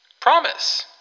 Promise